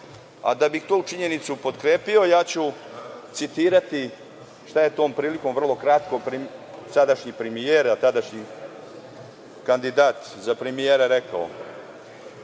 bi tu činjenicu potkrepio ja ću citirati šta je tom prilikom vrlo kratko sadašnji premijer, a tadašnji kandidat za premijera rekao.